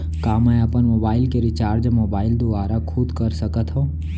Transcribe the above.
का मैं अपन मोबाइल के रिचार्ज मोबाइल दुवारा खुद कर सकत हव?